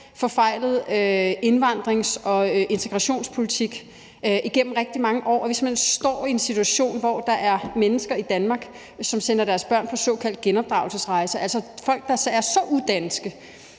forfejlet indvandrings- og integrationspolitik igennem rigtig mange år, er mennesker i Danmark, som sender deres børn på såkaldt genopdragelsesrejse, altså at der er folk,